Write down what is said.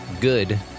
good